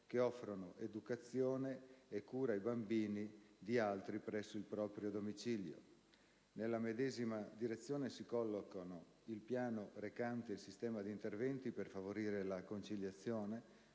che offrono educazione e cura a bambini di altri presso il proprio domicilio. Nella medesima direzione si collocano il Piano recante il sistema di interventi per favorire la conciliazione